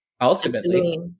ultimately